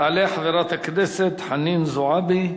תעלה חברת הכנסת חנין זועבי,